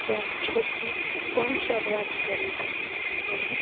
કેમ છો થી પણ શરૂઆત કરી દે પણ